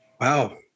wow